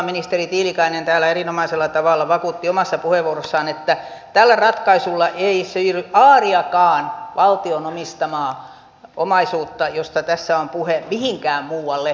ministeri tiilikainen täällä erinomaisella tavalla vakuutti omassa puheenvuorossaan että tällä ratkaisulla ei siirry aariakaan valtion omistamaa omaisuutta josta tässä on puhe mihinkään muualle